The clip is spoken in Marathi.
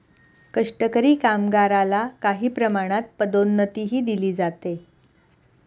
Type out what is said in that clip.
कष्टकरी कामगारला काही प्रमाणात पदोन्नतीही दिली जाते